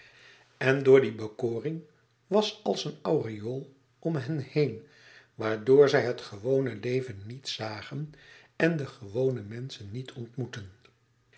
en door die bekoring was als een aureool om hen heen waarom zij het gewone leven niet zagen en de gewone menschen niet ontmoetten